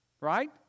right